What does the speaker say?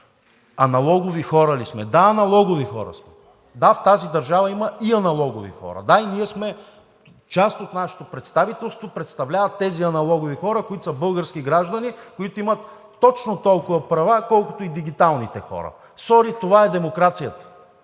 Аналогови хора ли сме? Да, аналогови хора сме. Да, в тази държава има и аналогови хора. И да, част от нашето представителство представляват тези аналогови хора, които са български граждани, които имат точно толкова права, колкото и дигиталните хора. Сори, това е демокрацията!